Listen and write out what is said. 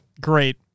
great